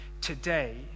today